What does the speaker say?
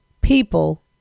people